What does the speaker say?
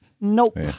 Nope